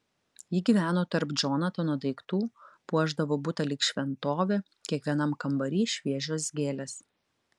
ji gyveno tarp džonatano daiktų puošdavo butą lyg šventovę kiekvienam kambary šviežios gėlės